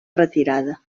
retirada